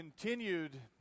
continued